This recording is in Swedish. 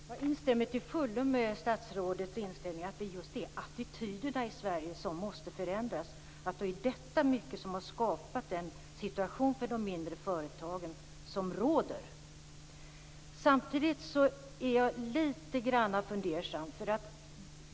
Fru talman! Jag instämmer till fullo med statsrådets inställning att det just är attityderna i Sverige som måste förändras. Det är ju i hög grad detta som har skapat den situation för de mindre företagen som råder. Samtidigt är jag lite grand fundersam.